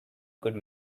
could